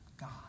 God